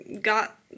got